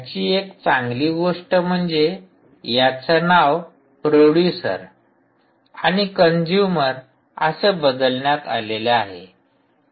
ह्याची एक चांगली गोष्ट म्हणजे याच नाव प्रोड्यूसर आणि कंजूमर असे बदलण्यात आलेले आहे